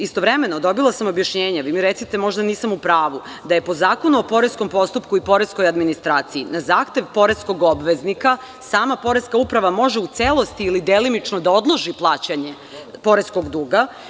Istovremeno dobila sam objašnjenje, vi mi recite, možda nisam u pravu, da je po Zakonu o poreskom postupku i poreskoj administraciji, na zahtev poreskog obveznika sama poreska uprava može u celosti ili delimično da odloži plaćanje poreskog duga.